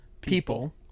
people